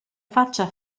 faccia